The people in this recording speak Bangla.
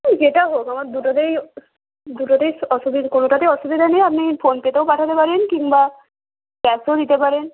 ওই যেটা হোক আমার দুটোতেই দুটোতেই অসুবিধে কোনোটাতেই অসুবিধা নেই আপনি ফোনপেতেও পাঠাতে পারেন কিংবা ক্যাশও দিতে পারেন